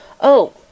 Oh